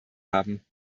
haben